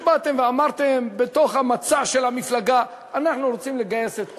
שבאתם ואמרתם במצע של המפלגה: אנחנו רוצים לגייס את כולם.